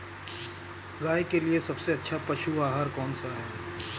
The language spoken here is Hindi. गाय के लिए सबसे अच्छा पशु आहार कौन सा है?